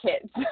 kids